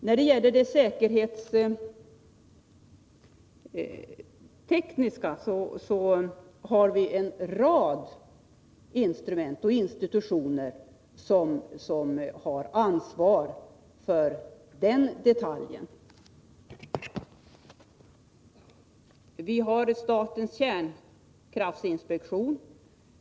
När det gäller säkerhetstekniska frågor finns en rad instrument och institutioner som har ansvar för olika avsnitt.